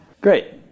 Great